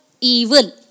evil